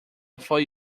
thought